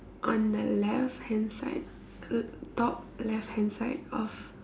on the left hand side l~ top left hand side of